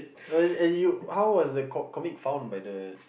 uh and and you how was the co~ comic found by the